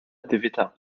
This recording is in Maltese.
attività